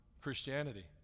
Christianity